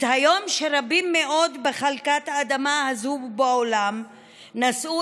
היום שרבים מאוד בחלקת האדמה הזו ובעולם נשאו